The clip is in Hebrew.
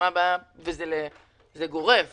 וזה גורף